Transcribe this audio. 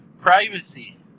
privacy